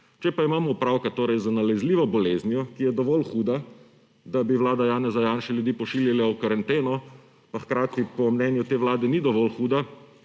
Če pa imamo opravka torej z nalezljivo boleznijo, ki je dovolj huda, da bi vlada Janeza Janše ljudi pošiljala v karanteno, pa hkrati po mnenju te vlade ni dovolj huda,